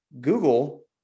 Google